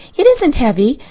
it isn't heavy.